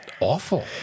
awful